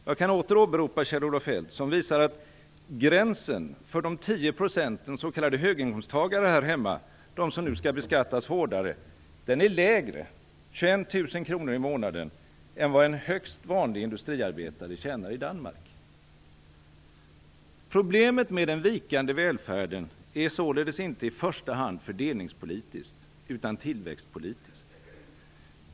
Jag kan åter åberopa Kjell-Olof Feldt, som visar att gränsen för de 10 % s.k. höginkomsttagare här hemma, de som nu skall beskattas hårdare, är lägre - 21 000 kronor i månaden - än vad en högst vanlig industriarbetare tjänar i Problemet med den vikande välfärden är således inte i första hand fördelningspolitiskt utan tillväxtpolitiskt.